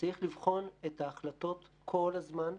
וצריך לבחון את ההחלטות כל הזמן.